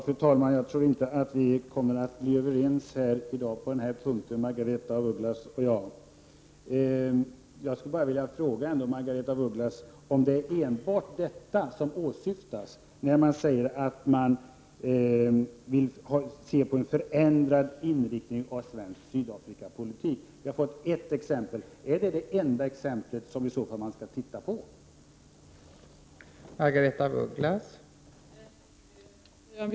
Fru talman! Jag tror inte att Margaretha af Ugglas och jag kommer att bli överens på den här punkten i dag. Jag skulle ändå bara vilja fråga Margaretha af Ugglas om det är enbart det som åsyftas när man säger att man vill se en förändrad inriktning av svensk Sydafrikapolitik. Margaretha af Ugglas har nämnt ett exempel. Är det det enda som man i så fall skall titta närmare på?